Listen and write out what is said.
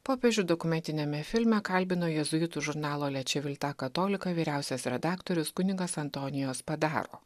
popiežių dokumentiniame filme kalbino jėzuitų žurnalo lečevilta katolika vyriausias redaktorius kunigas antonijo spadaro